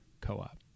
co-op